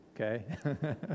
okay